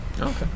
Okay